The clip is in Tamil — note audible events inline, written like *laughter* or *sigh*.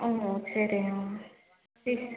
ஓ ஓ சரிங்கம்மா *unintelligible*